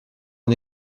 une